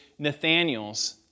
Nathaniels